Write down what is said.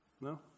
No